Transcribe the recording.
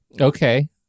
okay